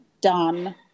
done